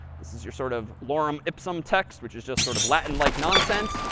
this is your sort of lorem ipsum text, which is just sort of latin-like nonsense.